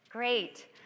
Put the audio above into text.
Great